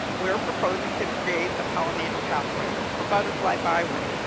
we are proposing to create a pollinator pathway, or butterfly byway,